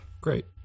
great